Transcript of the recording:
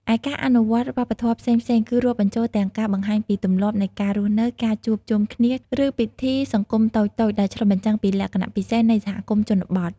ឯការអនុវត្តវប្បធម៌ផ្សេងៗ គឺរាប់បញ្ចូលទាំងការបង្ហាញពីទម្លាប់នៃការរស់នៅ ការជួបជុំគ្នា ឬពិធីសង្គមតូចៗ ដែលឆ្លុះបញ្ចាំងពីលក្ខណៈពិសេសនៃសហគមន៍ជនបទ។